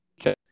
Okay